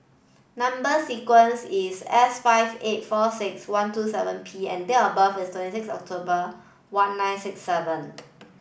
number sequence is S five eight four six one two seven P and date of birth is twenty six October one nine six seven